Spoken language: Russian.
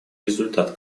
результат